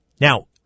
Now